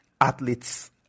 athletes